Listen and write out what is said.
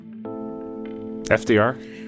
FDR